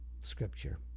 scripture